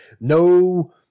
No